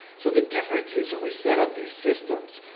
so the difference is, when we set up these systems,